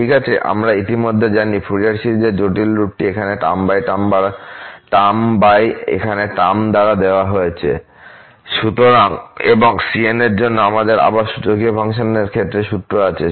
ঠিক আছে আমরা ইতিমধ্যেই জানি ফুরিয়ার সিরিজের জটিল রূপটি এখানে এই টার্ম দ্বারা দেওয়া হয়েছে এবং cn এর জন্য আমাদের আবার সূচকীয় ফাংশনের ক্ষেত্রে সূত্র আছে